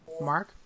mark